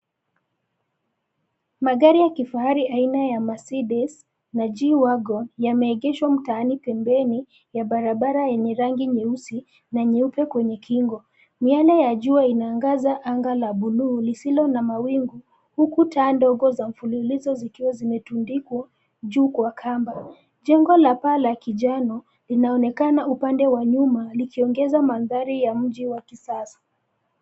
Magari ya kifahari aina ya Mercedes na Gwagon yameegeshwa mtaani pembeni ya barabara yenye rangi nyeusi na nyeupe kwenye kingo. Miale ya jua inaangaza anga la bluu lisilo na mawingu huku taa ndogo za mfululizo zikiwa zimetundikwa juu kwa kamba. Jengo la paa la kinjano linaonekana upande wa nyuma likiongeza mandhari ya mji wa kisasa.